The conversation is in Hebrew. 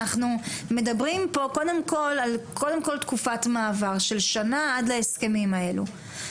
אנחנו מדברים פה קודם כל על תקופת מעבר של שנה עד להסכמים האלו.